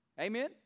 Amen